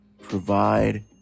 provide